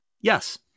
Yes